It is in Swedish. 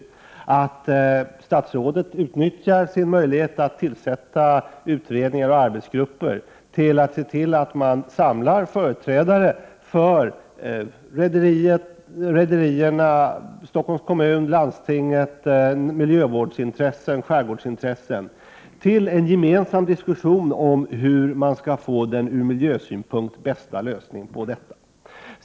Jag menar att statsrådet borde utnyttja sin möjlighet att tillsätta utredningar och arbetsgrupper och samla företrädare för rederierna, Stockholms kommun, landstinget samt miljövårdsoch skärgårdsintressen till en gemensam diskussion om hur man skall få den ur miljösynpunkt bästa lösningen på detta.